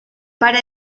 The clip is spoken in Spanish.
para